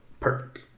Perfect